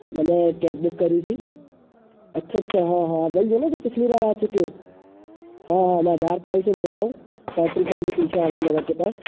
मतलब cab book करी थी अच्छा अच्छा हाँ हाँ वही हो ना जो पिछली बार आ चुके हो हाँ हाँ मैं आधारताल से बोल रहा हूँ पेट्रोल पम्प के पीछे आनंद नगर के पास